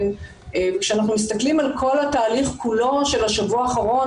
כשאנחנו מסתכלים על כל התהליך כולו של השבוע האחרון,